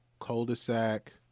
cul-de-sac